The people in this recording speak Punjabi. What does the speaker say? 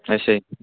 ਅੱਛਾ ਜੀ